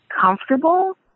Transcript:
comfortable